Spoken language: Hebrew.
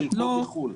חלקו בחו"ל,